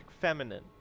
feminine